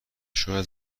شاید